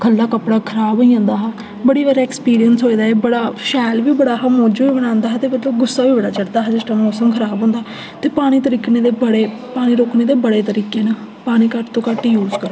खल्ला कपड़ा खराब होई जंदा हा बड़ी बार ऐक्सपिरियंस होए दा बड़ा शैल बी बड़ा हा मौजू बी बनांदा हा ते मतलब गुस्सा बी बड़ा चढ़दा हा जिस टैम मौसम खराब होंदा ते पानी दे रोकने दे बड़े पानी रोकने दे बड़े तरीके न पानी घट्ट तों घट्ट यूज करो